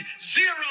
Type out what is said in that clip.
zero